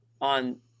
on